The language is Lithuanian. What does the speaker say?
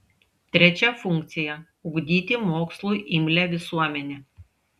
trečia funkcija ugdyti mokslui imlią visuomenę